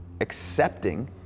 Accepting